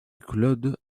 claude